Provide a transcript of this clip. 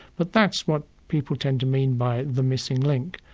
but that's what people tend to mean by the missing link.